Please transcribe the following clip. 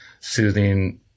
soothing